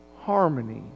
harmony